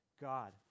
God